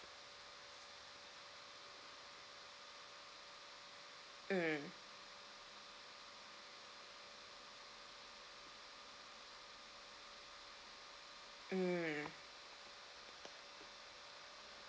mm mm